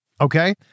Okay